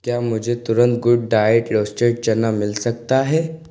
क्या मुझे तुरंत गुडडाइट रोस्टेड चना मिल सकता है